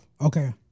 Okay